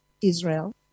Israel